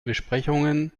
besprechungen